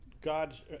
God's